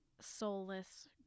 soulless